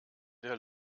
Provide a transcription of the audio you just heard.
der